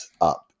up